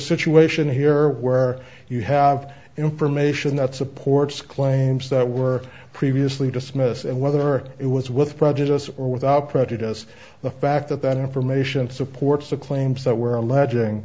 situation here where you have information that supports claims that were previously dismissed and whether it was with prejudice or without prejudice the fact that that information supports the claims that were alleging